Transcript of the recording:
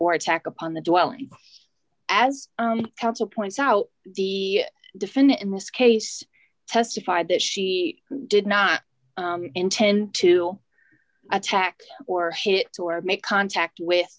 or attack upon the dwelling as counsel points out the defendant in this case testified that she did not intend to attack or hit to or make contact with